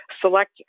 select